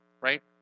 right